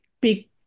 big